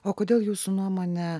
o kodėl jūsų nuomone